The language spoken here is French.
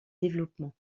développement